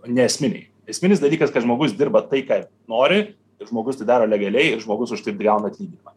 neesminiai esminis dalykas kad žmogus dirba tai ką nori ir žmogus tai daro legaliai ir žmogus už tai gauna atlyginimą